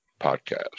podcast